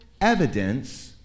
evidence